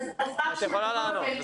את יכולה לענות.